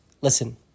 Listen